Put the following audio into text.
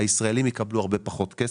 הישראלים יקבלו הרבה פחות כסף.